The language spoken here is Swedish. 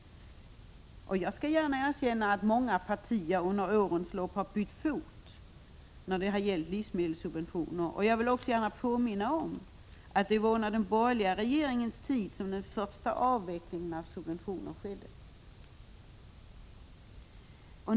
Jag vill gärna säga att många partier under årens lopp har bytt fot när det gällt livsmedelssubventioner, och jag vill också gärna påminna om att det var under den borgerliga regeringstiden som den första avvecklingen av subventioner skedde.